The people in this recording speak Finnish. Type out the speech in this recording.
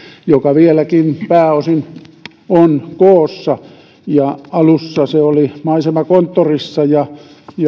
joka vieläkin pääosin on koossa alussa se oli maisemakonttorissa ja